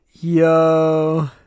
Yo